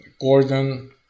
gordon